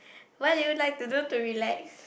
what do you like to do to relax